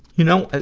you know,